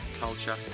culture